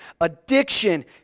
addiction